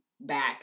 back